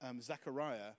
Zechariah